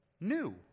new